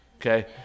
Okay